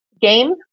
game